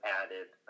added